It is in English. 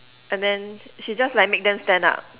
and then she just like make them stand up